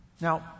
Now